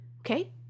Okay